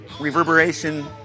Reverberation